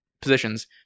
positions